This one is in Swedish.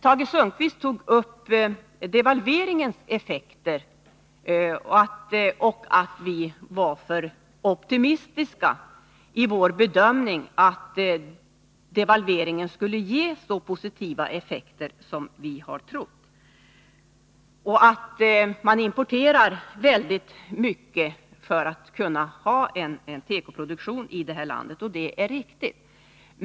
Tage Sundkvist tog upp devalveringens effekter och sade att vi var för optimistiska i vår bedömning att devalveringen skulle ge så positiva effekter som vi har trott. Att man importerar väl mycket för att kunna ha en tekoproduktion här i landet är riktigt.